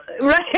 right